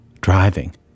driving